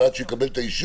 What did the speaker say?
ועד שהוא יקבל את האישור,